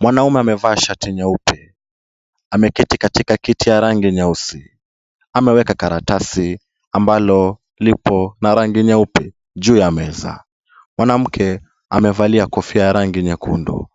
Mwanaume amevaa shati nyeupe. Ameketi katika kiti ya rangi nyeusi. Ameweka karatasi ambalo lipo na rangi nyeupe juu ya meza. Mwanamke amevalia kofia ya rangi nyekundu,